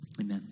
amen